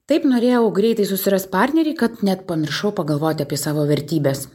taip norėjau greitai susirast partnerį kad net pamiršau pagalvoti apie savo vertybes